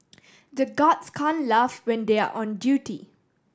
the guards can't laugh when they are on duty